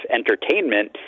entertainment